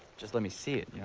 just let me see it, you know?